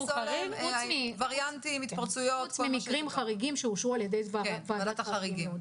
חוץ ממקרים חריגים, שאושרו על ידי ועדת החריגים.